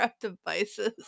Devices